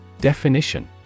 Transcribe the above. Definition